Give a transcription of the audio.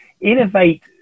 innovate